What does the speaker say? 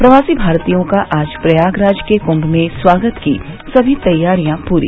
प्रवासी भारतीयों का आज प्रयागराज के कुम्म में स्वागत की सभी तैयारियां पूरी